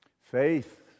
Faith